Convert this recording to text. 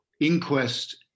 inquest